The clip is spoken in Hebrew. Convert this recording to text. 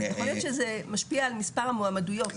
יכול להיות שזה משפיע על מספר המועמדויות.